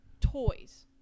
toys